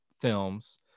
films